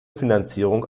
finanzierung